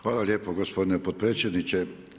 Hvala lijepo gospodine potpredsjedniče.